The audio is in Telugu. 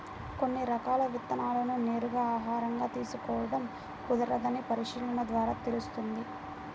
కొన్ని రకాల విత్తనాలను నేరుగా ఆహారంగా తీసుకోడం కుదరదని పరిశీలన ద్వారా తెలుస్తుంది